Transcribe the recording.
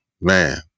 Man